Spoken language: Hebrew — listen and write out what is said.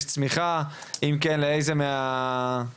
יש צמיחה, אם כן לאיזה מההימורים.